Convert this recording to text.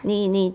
你你